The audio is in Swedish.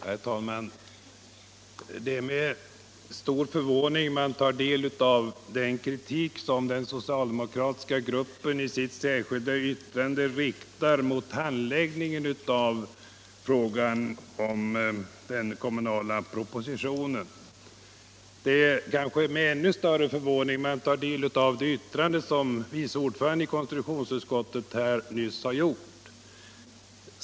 Herr talman! Det är med stor förvåning man tar del av den kritik som den socialdemokratiska gruppen i sitt särskilda yttrande riktar mot handläggningen av propositionen om de kommunala frågorna. Det kanske är med ännu större förvåning man tar del av de yttranden som vice ordföranden i konstitutionsutskottet nyss fällde.